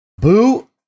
boo